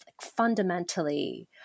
fundamentally